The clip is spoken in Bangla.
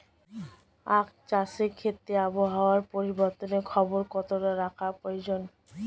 আখ চাষের ক্ষেত্রে আবহাওয়ার পরিবর্তনের খবর কতটা রাখা প্রয়োজন?